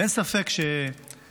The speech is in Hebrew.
אין ספק שהפסיכולוגים